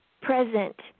present